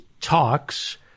talks